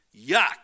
yuck